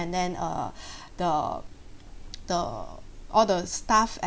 and then err the the all the staff